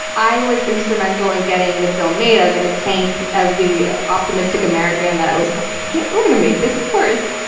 i was instrumental in getting the film made. i was like a tank. i was the optimistic american that was like, we're going to make this, of course!